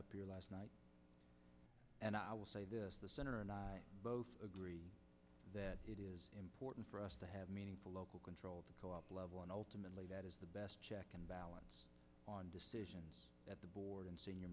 here last night and i will say this the center and i both agree that it is important for us to have meaningful local control of the co op level and ultimately that is the best check and balance on decisions at the board and senior